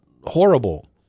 horrible